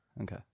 Okay